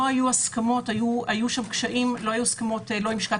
לא היו הסכמות היו קשיים - לא עם לשכת